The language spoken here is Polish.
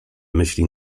myśli